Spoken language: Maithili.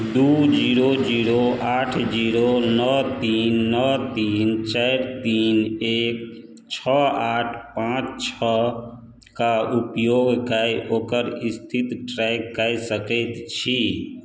दू जीरो जीरो आठ जीरो नओ तीन नओ तीन चारि तीन एक छओ आठ पाँच छओ कऽ उपयोग कै ओकर स्थित ट्रैक कै सकैत छी